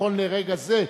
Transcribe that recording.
נכון לרגע זה,